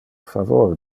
favor